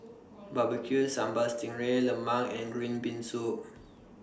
Barbecued Sambal Sting Ray Lemang and Green Bean Soup